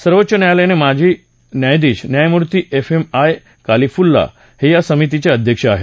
सर्वोच्च न्यायालयाचे माजी न्यायधीश न्यायमूर्ती एफएम आय कालीफुल्ला हे या समितीचे अध्यक्ष आहेत